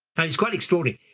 it's quite extraordinary.